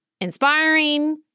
inspiring